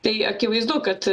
tai akivaizdu kad